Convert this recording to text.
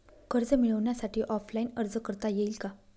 कर्ज मिळण्यासाठी ऑफलाईन अर्ज करता येईल का?